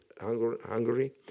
Hungary